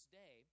day